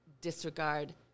disregard